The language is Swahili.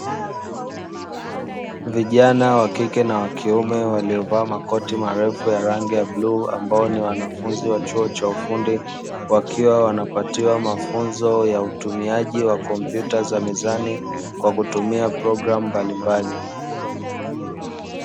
Vijana wa kike na wa kiume waliovaa makoti marefu ya rangi ya bluu, ambao ni wanafunzi wa chuo cha ufundi wakiwa wanapatiwa mafunzo ya utumiaji wa kompyuta za mezani kwa kutumia proglamu mbali mbali.